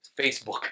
Facebook